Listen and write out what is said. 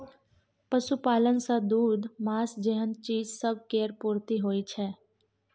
पशुपालन सँ दूध, माँस जेहन चीज सब केर पूर्ति होइ छै